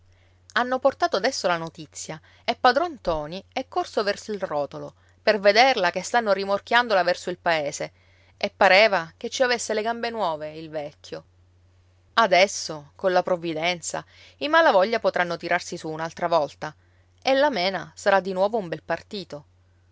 hanno portato adesso la notizia e padron ntoni è corso verso il rotolo per vederla che stanno rimorchiandola verso il paese e pareva che ci avesse le gambe nuove il vecchio adesso colla provvidenza i malavoglia potranno tirarsi su un'altra volta e la mena sarà di nuovo un bel partito